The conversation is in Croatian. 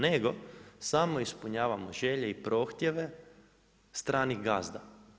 Nego, samo ispunjavamo želje i potrebe stranih gazda.